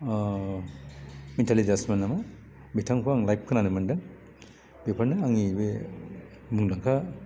मिटाली दासमोन नामा बिथांखौ आं लाइभ खोनानो मोन्दों बेफोरनि आंनि बे मुंदांखा